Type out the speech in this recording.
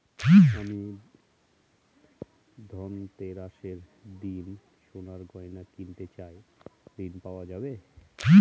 আমি ধনতেরাসের দিন সোনার গয়না কিনতে চাই ঝণ পাওয়া যাবে?